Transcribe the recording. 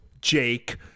Jake